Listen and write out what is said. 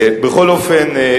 בכל אופן,